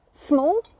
small